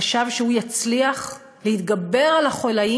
חשב שהוא יצליח להתגבר על החוליים